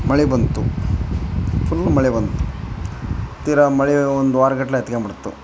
ಮಳೆ ಬಂತು ಫುಲ್ ಮಳೆ ಬಂತು ತೀರ ಮಳೆ ಒಂದು ವಾರಗಟ್ಲೆ ಹತ್ಕೊಂಬಿಡ್ತು